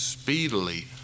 Speedily